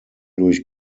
durch